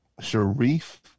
Sharif